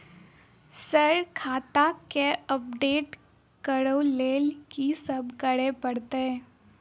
Sir खाता केँ update करऽ लेल की सब करै परतै?